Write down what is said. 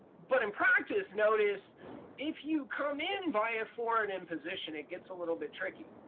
but in practice, notice if you come in via foreign imposition it gets a little bit tricky.